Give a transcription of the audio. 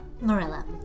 Marilla